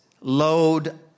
load